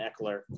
Eckler